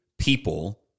people